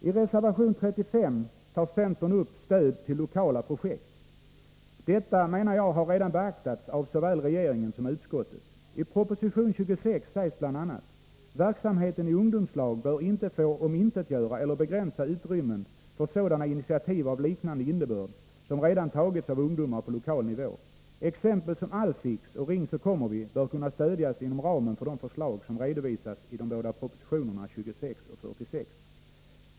I reservation 35 tar centern upp stöd till lokala projekt. Detta har, menar jag, redan beaktats av såväl regeringen som utskottet. I proposition 26 sägs bl.a. att verksamheten i ungdomslag inte bör få omintetgöra eller begränsa utrymmet för sådana initiativ av liknande innebörd som redan tagits av ungdomar på lokal nivå. Exempel som Allfix och Ring så kommer vi bör kunna stödjas inom ramen för de förslag som redovisas i propositionerna 26 och 46.